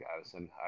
Addison